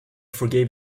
forgave